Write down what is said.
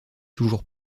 toujours